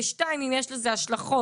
ושתיים אם יש לזה השלכות,